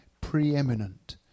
preeminent